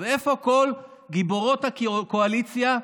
איפה כל גיבורות הקואליציה,